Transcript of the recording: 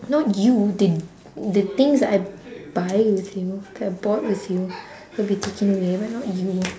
not you the the things I buy with you that I bought with you will be taken away but not you